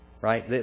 Right